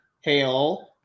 hail